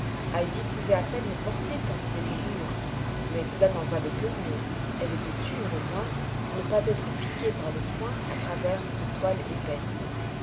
pouvait à peine le porter tant il était lourd mais cela n'en valait que mieux elle était sûre au moins de n'être pas piquée par le foin à travers cette toile épaisse